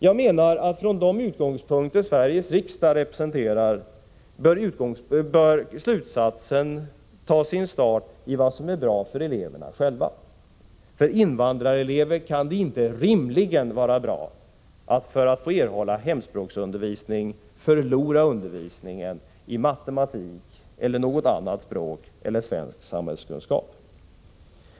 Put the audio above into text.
Jag menar att man med det ansvar Sveriges riksdag har, bör utgå från vad som är bra för eleverna själva. För invandrarelever kan det inte rimligen vara bra att, för att erhålla hemspråksundervisning, förlora undervisning i matematik, något annat språk eller svensk samhällskunskap.